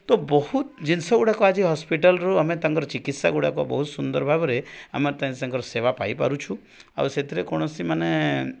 ତ ବହୁତ ଜିନିଷଗୁଡ଼ାକ ଆଜି ହସ୍ପିଟାଲରୁ ଆମେ ତାଙ୍କର ଚିକିତ୍ସାଗୁଡ଼ାକ ବହୁତ ସୁନ୍ଦର ଭାବରେ ଆମେ ତାଙ୍କର ସେବା ପାଇପାରୁଛୁ ଆଉ ସେଥିରେ କୌଣସି ମାନେ